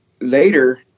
later